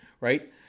right